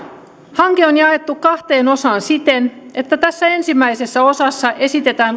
hanke on jaettu kahteen osaan siten että tässä ensimmäisessä osassa esitetään